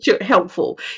helpful